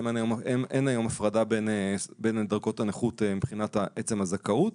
אין היום הפרדה בין דרגות הנכות מבחינת עצם הזכאות.